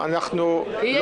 הוא לא